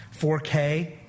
4K